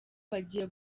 bagiye